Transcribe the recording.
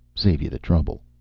save you the trouble.